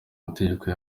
mategeko